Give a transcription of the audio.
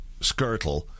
Skirtle